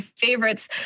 favorites